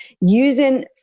using